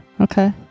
okay